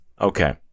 okay